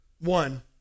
one